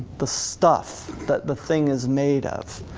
the stuff that the thing is made of.